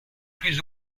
plus